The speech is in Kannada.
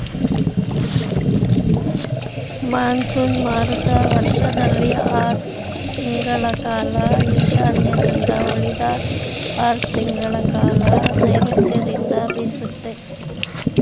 ಮಾನ್ಸೂನ್ ಮಾರುತ ವರ್ಷದಲ್ಲಿ ಆರ್ ತಿಂಗಳ ಕಾಲ ಈಶಾನ್ಯದಿಂದ ಉಳಿದ ಆರ್ ತಿಂಗಳಕಾಲ ನೈರುತ್ಯದಿಂದ ಬೀಸುತ್ತೆ